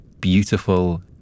beautiful